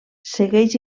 segueix